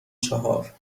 چهار